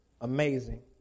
amazing